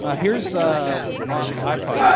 ah here's a mock ipod